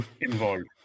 involved